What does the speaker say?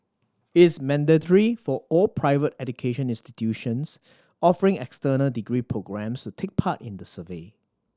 is mandatory for all private education institutions offering external degree programmes to take part in the survey